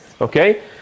okay